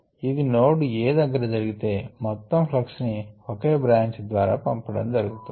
ఇది node A దగ్గర జరిగితే మొత్తం ప్లక్స్ ని ఒకే బ్రాంచ్ ద్వారా పంపడం అవుతుంది